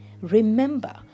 Remember